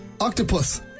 octopus